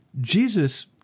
Jesus